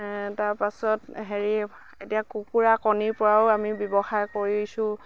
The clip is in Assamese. তাৰপাছত হেৰি এতিয়া কুকুৰা কণীৰপৰাও আমি ব্যৱসায় কৰিছোঁ